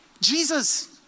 Jesus